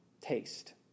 taste